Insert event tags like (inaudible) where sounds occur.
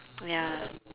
(noise) ya